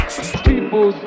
People